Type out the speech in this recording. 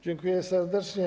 Dziękuję serdecznie.